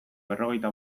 berrogeita